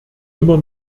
immer